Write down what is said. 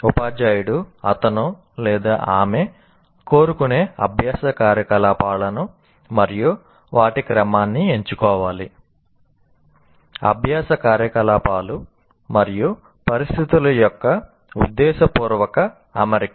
ఉపాధ్యాయుడు అతను ఆమె కోరుకునే అభ్యాస కార్యకలాపాలను మరియు వాటి క్రమాన్ని ఎన్నుకోవాలి అభ్యాస కార్యకలాపాలు మరియు పరిస్థితుల యొక్క ఉద్దేశపూర్వక అమరిక